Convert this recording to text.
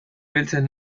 ibiltzen